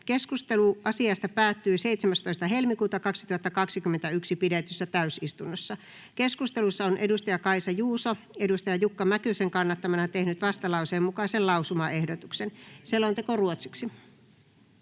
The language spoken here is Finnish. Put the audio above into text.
Keskustelu asiasta päättyi 17.2.2021 pidetyssä täysistunnossa. Keskustelussa on Kaisa Juuso Jukka Mäkysen kannattamana tehnyt vastalauseen mukaisen lausumaehdotuksen. Lisäksi